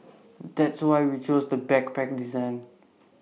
that's why we chose the backpack design